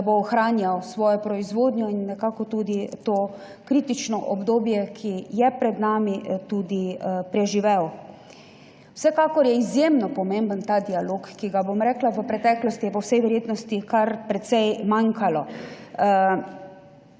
da bo ohranjal svojo proizvodnjo in tudi to kritično obdobje, ki je pred nami, preživel. Vsekakor je izjemno pomemben ta dialog, ki ga je v preteklosti po vsej verjetnosti kar precej manjkalo.